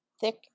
thick